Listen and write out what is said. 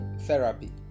therapy